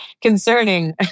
concerning